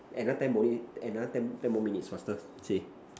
another ten another ten ten more minutes faster say